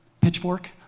Pitchfork